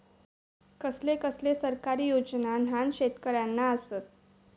कसले कसले सरकारी योजना न्हान शेतकऱ्यांना आसत?